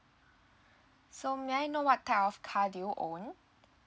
so may I know what type of car do you own